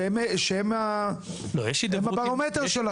שהם הפרמטר שלכם?